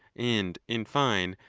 and, in fine,